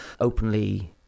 openly